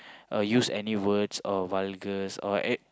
or use any words or vulgars or a~